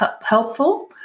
helpful